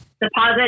deposit